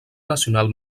nacional